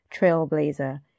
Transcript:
trailblazer